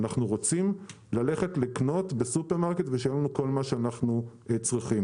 אנחנו רוצים ללכת לקנות בסופרמרקט ושיהיה לנו כל מה שאנחנו צריכים,